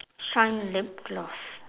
shine lip gloss